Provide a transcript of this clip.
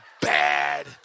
bad